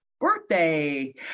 birthday